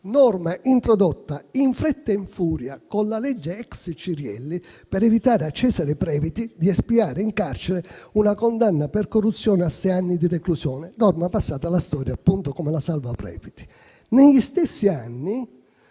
Norma introdotta in fretta e in furia con la legge *ex* Cirielli, per evitare a Cesare Previti di espiare in carcere una condanna per corruzione a sei anni di reclusione: norma passata alla storia, appunto, come la salva Previti. Negli stessi anni,